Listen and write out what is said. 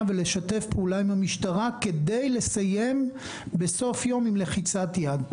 ולשתף פעולה עם המשטרה כדי לסיים בסוף יום עם לחיצת יד.